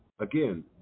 again